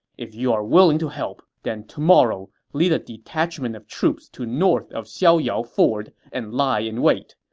if you are willing to help, then tomorrow, lead a detachment of troops to north of xiaoyao ford and lie in wait.